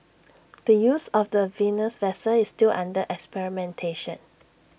the use of the Venus vessel is still under experimentation